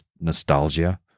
nostalgia